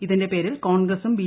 ഇതിന്റെ പേരിൽ കോൺഗ്രസും ബി